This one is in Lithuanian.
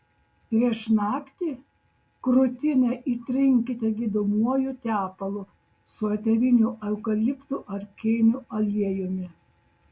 prieš naktį krūtinę įtrinkite gydomuoju tepalu su eteriniu eukaliptų ar kėnių aliejumi